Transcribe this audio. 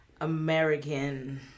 American